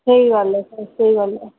स्हेई गल्ल ऐ स्हेई गल्ल ऐ